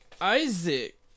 Isaac